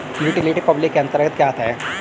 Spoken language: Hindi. यूटिलिटी पब्लिक के अंतर्गत क्या आता है?